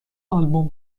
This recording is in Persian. آلبوم